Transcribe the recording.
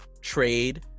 trade